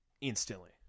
Instantly